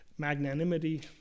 magnanimity